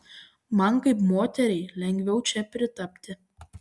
man kaip moteriai lengviau čia pritapti